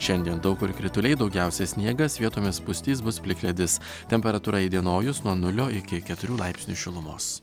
šiandien daug kur krituliai daugiausia sniegas vietomis pustys bus plikledis temperatūra įdienojus nuo nulio iki keturių laipsnių šilumos